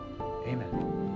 Amen